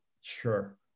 sure